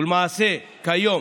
ולמעשה, כיום